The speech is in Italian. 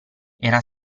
era